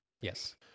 Yes